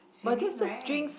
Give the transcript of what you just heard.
it's filling right